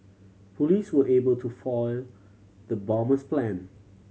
police were able to foil the bomber's plan